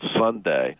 Sunday